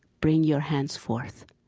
bring your hands forth.